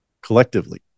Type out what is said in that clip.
collectively